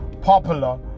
popular